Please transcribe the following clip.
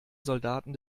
soldaten